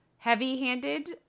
heavy-handed